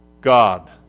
God